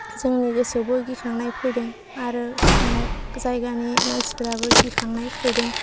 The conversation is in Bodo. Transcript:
जोंनि गोसोबो गिखांनाय फैदों आरो जायगानि मानसिफ्राबो गिखांनाय फैदों